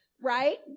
right